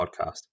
Podcast